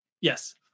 yes